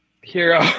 Hero